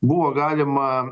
buvo galima